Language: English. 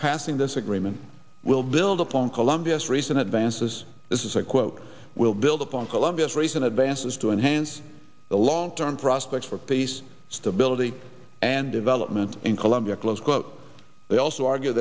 passing this agreement will build upon columbia's recent advances this is a quote we'll build upon columbia's recent advances to enhance the long term prospects for peace stability and development in colombia close quote they also argue